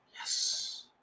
Yes